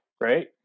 Right